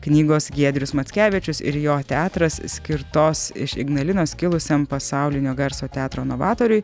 knygos giedrius mackevičius ir jo teatras skirtos iš ignalinos kilusiam pasaulinio garso teatro novatoriui